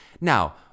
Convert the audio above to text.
Now